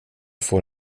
får